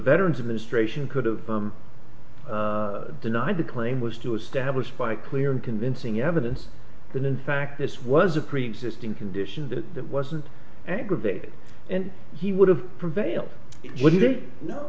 veterans administration could have denied the claim was to establish by clear and convincing evidence that in fact this was a preexisting condition but that wasn't aggravated and he would have prevailed what do they know